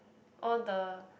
all the